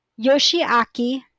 Yoshiaki